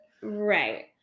right